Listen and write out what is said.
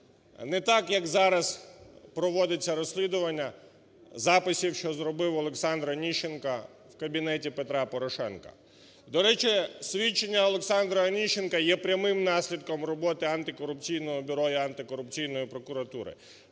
Не так, як зараз проводиться розслідування записів, що зробив Олександр Онищенко в кабінеті Петра Порошенка. До речі, свідчення Олександра Онищенка є прямим наслідком роботи Антикорупційного бюро і Антикорупційної прокуратури.